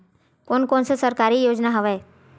कोन कोन से सरकारी योजना हवय?